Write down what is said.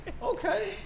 Okay